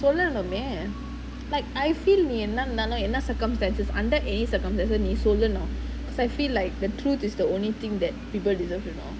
சொல்லணுமே:sollanumae like I feel நீ என்ன இருந்தாலும் என்ன:nee enna irunthaalum enna circumstances under any circumstances நீ சொல்லணும்:nee sollanum I feel like the truth is the only thing that people deserve to know